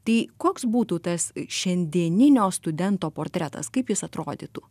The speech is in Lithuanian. tai koks būtų tas šiandieninio studento portretas kaip jis atrodytų